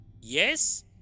Yes